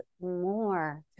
more